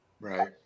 Right